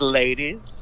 ladies